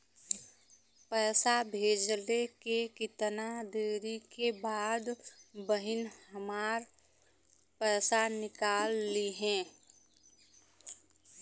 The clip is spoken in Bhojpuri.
पैसा भेजले के कितना देरी के बाद बहिन हमार पैसा निकाल लिहे?